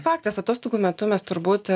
faktas atostogų metu mes turbūt